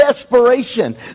desperation